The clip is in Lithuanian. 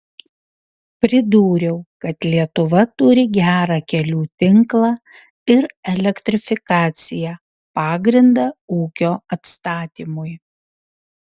pridūriau kad lietuva turi gerą kelių tinklą ir elektrifikaciją pagrindą ūkio atstatymui